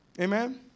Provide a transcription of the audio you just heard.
Amen